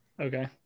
Okay